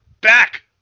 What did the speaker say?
back